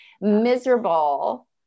miserable